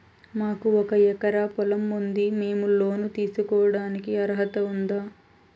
మాకు ఒక ఎకరా పొలం ఉంది మేము లోను తీసుకోడానికి అర్హత ఉందా